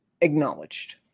acknowledged